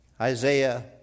Isaiah